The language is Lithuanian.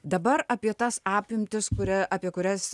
dabar apie tas apimtis kuria apie kurias